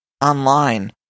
online